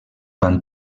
van